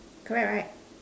correct right